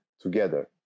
together